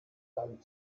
beim